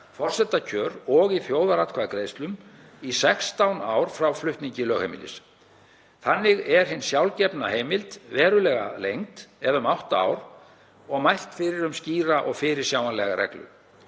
forsetakjör og í þjóðaratkvæðagreiðslum í 16 ár frá flutningi lögheimilis. Þannig er hinn sjálfgefna heimild verulega lengd eða um átta ár og mælt fyrir um skýra og fyrirsjáanlega reglu.